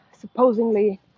supposedly